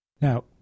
Now